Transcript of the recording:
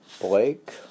Blake